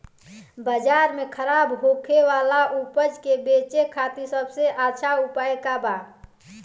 बाजार में खराब होखे वाला उपज के बेचे खातिर सबसे अच्छा उपाय का बा?